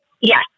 yes